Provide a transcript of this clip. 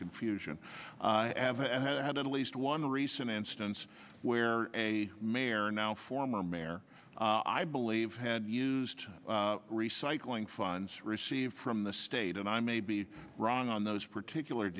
confusion i had at least one recent instance where a mayor now former mayor i believe had used recycling funds received from the state and i may be wrong on those particular